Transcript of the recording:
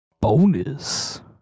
Bonus